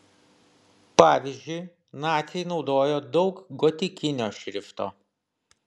pavyzdžiui naciai naudojo daug gotikinio šrifto